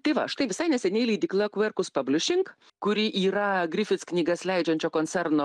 tai va štai visai neseniai leidykla kverkus pablišing kuri yra grific knygas leidžiančio koncerno